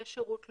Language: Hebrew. לשירות לאומי,